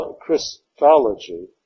Christology